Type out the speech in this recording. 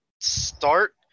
start